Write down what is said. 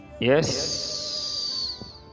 Yes